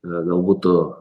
gal būtų